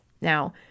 Now